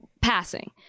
passing